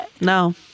no